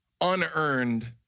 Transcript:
unearned